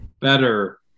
better